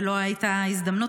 ולא הייתה ההזדמנות,